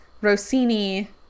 Rossini